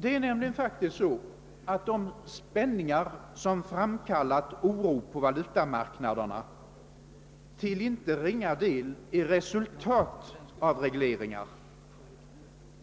Det är nämligen faktiskt så att de spänningar, som framkallat oron på valutamarknaderna, till inte ringa del är resultat av regleringar,